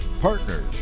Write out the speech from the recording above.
Partners